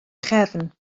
chefn